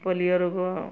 polio ରୋଗ